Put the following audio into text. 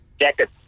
Jacket